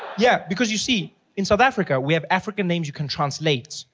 yeah because you see in south africa we have african names you can translate.